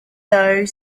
though